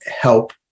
help